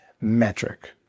metric